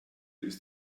ist